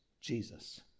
Jesus